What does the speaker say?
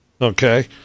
Okay